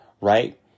right